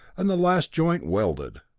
and the last joint welded.